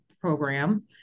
program